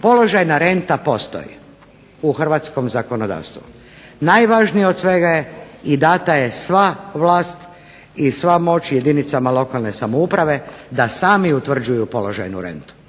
položajna renta postoji u hrvatskom zakonodavstvu. Najvažnije od svega je i dana je sva vlast i sva moć jedinicama lokalne samouprave da sami utvrđuju položajnu rentu.